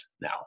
now